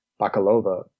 Bakalova